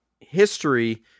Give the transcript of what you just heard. history